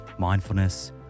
mindfulness